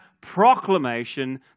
proclamation